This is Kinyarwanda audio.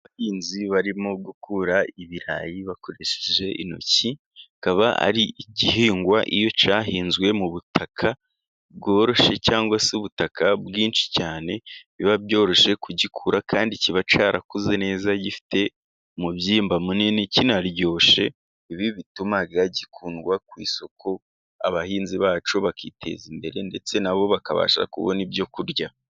Abahinzi barimo gukura ibirayi bakoresheje intoki, akaba ari igihingwa iyo cyahinzwe mu butaka bworoshye cyangwa se ubutaka bwinshi cyane, biba byoroshye kugikura, kandi kiba cyarakuze neza, gifite umubyimba munini, kinaryoshe, ibi bituma gikundwa ku isoko, abahinzi bacyo bakiteza imbere, ndetse nabo bakabasha kubona ibyo kurya.